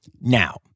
Now